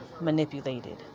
manipulated